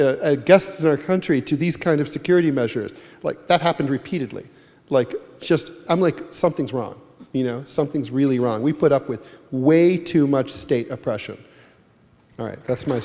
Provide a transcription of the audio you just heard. guest country to these kind of security measures like that happened repeatedly like just i'm like something's wrong you know something's really wrong we put up with way too much state oppression that's my